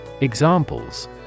Examples